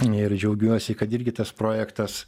ir džiaugiuosi kad irgi tas projektas